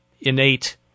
innate